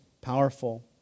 powerful